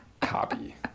Copy